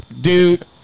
Dude